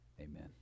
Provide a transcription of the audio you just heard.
Amen